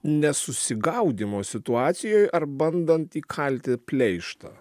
nesusigaudymo situacijoj ar bandant įkalti pleištą